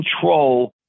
control